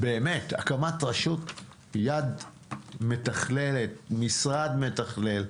באמת הקמת רשות, משרד וגוף מתכלל.